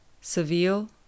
Seville